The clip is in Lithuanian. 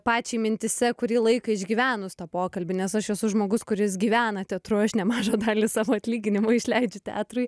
pačiai mintyse kurį laiką išgyvenus tą pokalbį nes aš esu žmogus kuris gyvena teatru aš nemažą dalį savo atlyginimo išleidžiu teatrui